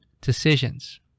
decisions